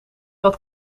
wat